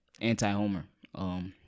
anti-Homer